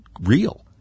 real